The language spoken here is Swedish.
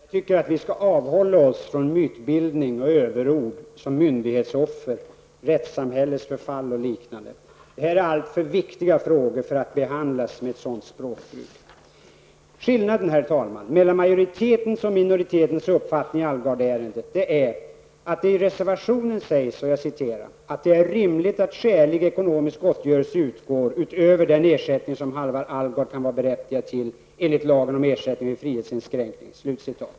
Herr talman! Jag tycker att vi skall avhålla oss från mytbildning och överord som ''myndighetsoffer'', ''rättssamhällets förfall'' och liknande. Det här är alltför viktiga frågor för att behandlas med ett sådant språkbruk. Skillnaden, herr talman, mellan majoritetens och minoritetens uppfattning i Alvgardärendet är att det i reservationen sägs ''att det är rimligt att skälig ekonomisk gottgörelse utgår utöver den ersättning som Halvar Alvgard kan vara berättigad till enligt lagen om ersättning vid frihetsinskränkning''.